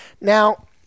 Now